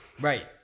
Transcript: right